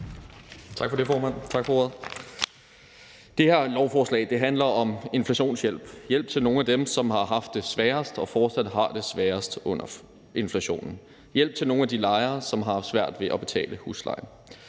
Det her lovforslag handler om inflationshjælp – hjælp til nogle af dem, som har haft det sværest og fortsat har det sværest under inflationen; hjælp til nogle af de lejere, som har haft svært ved at betale huslejen.